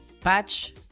Patch